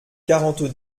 quarante